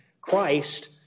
Christ